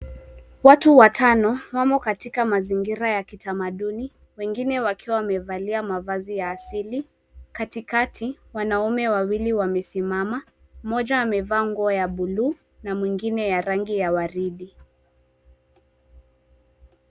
Watu watano wamo katika mazingira ya kitamaduni wengine wakiwa wamevalia mavazi ya asili. Katikati wanaume wawili wamesimama, mmoja amevaa nguo ya buluu na mwingine wa rangi ya waridi.